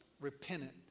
repentant